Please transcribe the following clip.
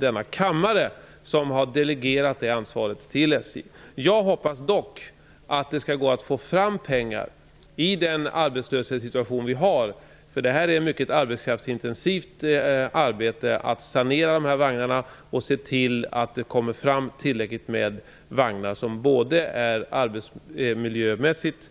Denna kammare har delegerat det ansvaret till SJ. Jag hoppas dock att det skall gå att få fram pengar i den arbetslöshetssituation vi har. Det är nämligen ett mycket arbetskraftsintensivt arbete att sanera dessa vagnar och se till att det kommer fram tillräckligt med vagnar som både är arbetsmiljömässigt